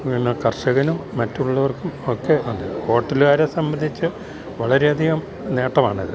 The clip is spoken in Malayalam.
പിന്നെ കർഷകനും മറ്റുള്ളവർക്കുമൊക്കെയുണ്ട് ഹോട്ടലുകാരെ സംബന്ധിച്ച് വളരെയധികം നേട്ടമാണിത്